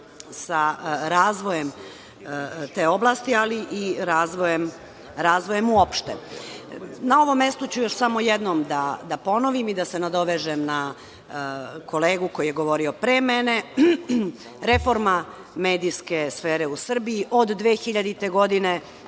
sa razvojem te oblasti, ali i razvojem uopšte. Na ovo mesto ću još jednom da ponovim i da se nadovežem na kolegu koji je govorio pre mene. Reforma medijske sfere u Srbiji od 2000. godine